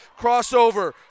crossover